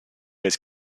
his